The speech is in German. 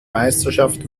meisterschaft